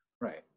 right